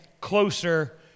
closer